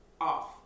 off